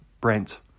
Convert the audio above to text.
Brent